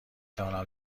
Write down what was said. توانم